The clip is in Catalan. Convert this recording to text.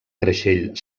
creixell